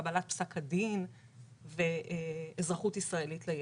קבלת פסק הדין ואזרחות ישראלית לילד,